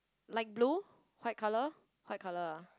light blue white colour white colour lah